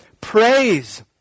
praise